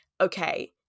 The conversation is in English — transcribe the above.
okay